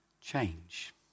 Change